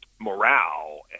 morale